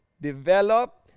develop